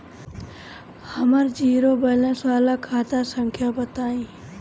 हमर zero balance वाला खाता संख्या बताई?